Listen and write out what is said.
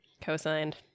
Co-signed